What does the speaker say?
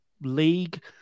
league